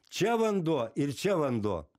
čia vanduo ir čia vanduo